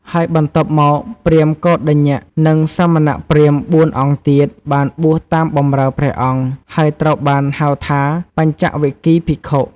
ហើយបន្ទាប់មក ព្រាហ្មណ៍កោណ្ឌញ្ញ និងសមណព្រាហ្មណ៍ ៤ អង្គទៀត បានបួសតាមបម្រើព្រះអង្គ ហើយត្រូវបានហៅថា បញ្ចវគិ្គយ៍ភិក្ខុ។